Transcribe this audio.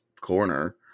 corner